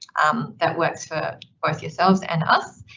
um, that works for both yourselves and us.